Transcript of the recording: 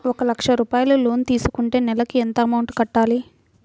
ఒక లక్ష రూపాయిలు లోన్ తీసుకుంటే నెలకి ఎంత అమౌంట్ కట్టాలి?